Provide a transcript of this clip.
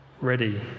ready